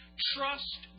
Trust